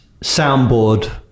soundboard